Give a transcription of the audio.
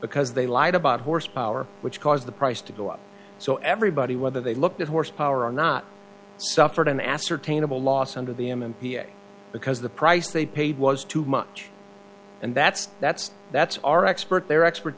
because they lied about horsepower which caused the price to go up so everybody whether they looked at horse power or not suffered an ascertainable loss under the m m p i because the price they paid was too much and that's that's that's our expert their expert